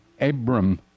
Abram